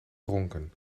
ronken